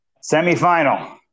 Semi-final